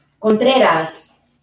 Contreras